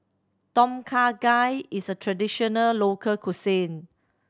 Tom Kha Gai is a traditional local cuisine